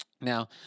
Now